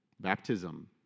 baptism